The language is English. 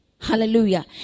hallelujah